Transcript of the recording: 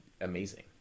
amazing